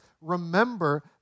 Remember